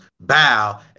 bow